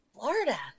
Florida